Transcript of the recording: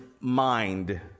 mind